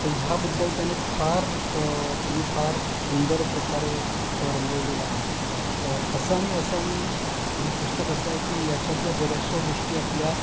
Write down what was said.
त ह्याबद्दल त्याने फार त्यांनी फार सुंदर प्रकारे रंगवलेलं आहे असामी असामी हे पुस्तक असं आहे की याच्यातल्या बऱ्याचशा गोष्टी आपल्या